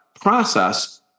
process